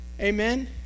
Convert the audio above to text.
Amen